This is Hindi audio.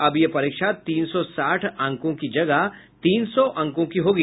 अब यह परीक्षा तीन सौ साठ आंकों की जगह तीन सौ अंकों की होगी